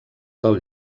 del